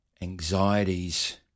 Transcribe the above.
anxieties